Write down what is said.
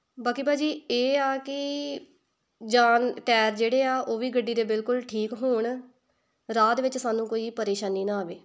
ਬਾਕੀ ਭਾਅ ਜੀ ਇਹ ਆ ਕਿ ਜਾਨ ਟੈਰ ਜਿਹੜੇ ਆ ਉਹ ਵੀ ਗੱਡੀ ਦੇ ਬਿਲਕੁਲ ਠੀਕ ਹੋਣ ਰਾਹ ਦੇ ਵਿੱਚ ਸਾਨੂੰ ਕੋਈ ਪਰੇਸ਼ਾਨੀ ਨਾ ਆਵੇ